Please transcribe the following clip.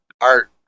art